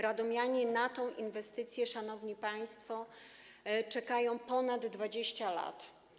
Radomianie na tę inwestycję, szanowni państwo, czekają ponad 20 lat.